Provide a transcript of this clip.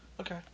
Okay